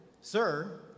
Sir